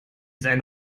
sein